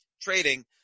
trading